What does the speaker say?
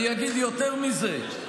אני אגיד יותר מזה,